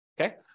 okay